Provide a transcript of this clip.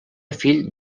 fill